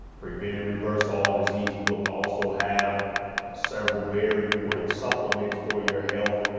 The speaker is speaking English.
prevented, reverse all disease book. also have several very important supplements for your health.